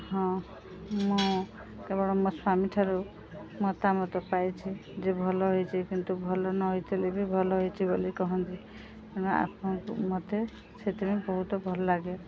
ହଁ ମୁଁ କେବଳ ମୋ ସ୍ୱାମୀଠାରୁ ମତାମତ ପାଇଛିି ଯେ ଭଲ ହୋଇଛି କିନ୍ତୁ ଭଲ ନ ହୋଇଥିଲେ ବି ଭଲ ହୋଇଛି ବୋଲି କୁହନ୍ତି ତେଣୁ ଆପଣ ମୋତେ ସେଥିପାଇଁ ବହୁତ ଭଲ ଲାଗେ